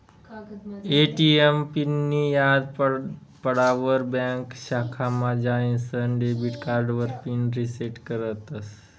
ATM पिननीं याद पडावर ब्यांक शाखामा जाईसन डेबिट कार्डावर पिन रिसेट करतस